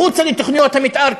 מחוץ לתוכניות המתאר,